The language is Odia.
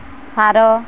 ସାର